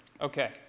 Okay